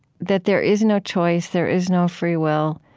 that there is no choice, there is no free will,